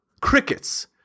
Crickets